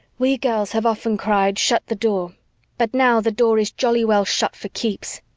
we girls have often cried, shut the door but now the door is jolly well shut for keeps!